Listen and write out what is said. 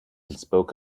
spoke